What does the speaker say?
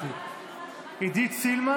אוסאמה סעדי, נגד מנסור עבאס, נגד איימן